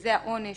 שזה העונש